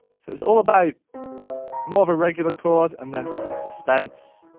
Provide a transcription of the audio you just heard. so it's all about more of a regular chord, and then suspense.